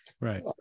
right